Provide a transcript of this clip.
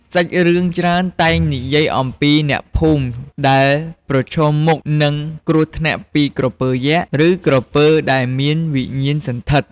សាច់រឿងច្រើនតែនិយាយអំពីអ្នកភូមិដែលប្រឈមមុខនឹងគ្រោះថ្នាក់ពីក្រពើយក្ស ឬក្រពើដែលមានវិញ្ញាណសណ្ឋិត។